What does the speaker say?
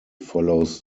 follows